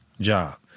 job